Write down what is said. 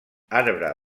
arbre